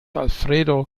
alfredo